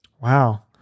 Wow